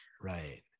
Right